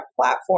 platform